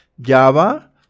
Java